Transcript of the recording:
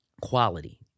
quality